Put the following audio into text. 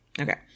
Okay